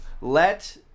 let